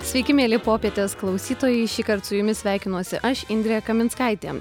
sveiki mieli popietės klausytojai šįkart su jumis sveikinuosi aš indrė kaminskaitė